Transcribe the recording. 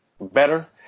better